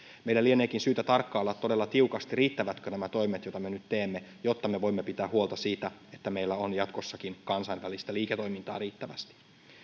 meidän lieneekin syytä tarkkailla todella tiukasti riittävätkö nämä toimet joita me nyt teemme jotta me voimme pitää huolta siitä että meillä on jatkossakin kansainvälistä liiketoimintaa riittävästi